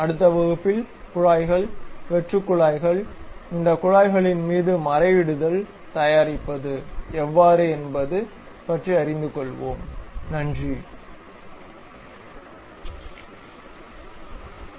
அடுத்த வகுப்பில் குழாய்கள் வெற்று குழாய்கள் இந்த குழாய்களின் மீது மரையிடுதல் தயாரிப்பது எவ்வாறு என்பது பற்றி அறிந்து கொள்வோம்